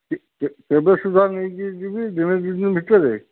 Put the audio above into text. କେ କେ କେବେ ସୁଦ୍ଧା ନେଇକି ଯିବି ଦିନେ ଦୁଇ ଦିନ ଭିତରେ